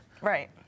right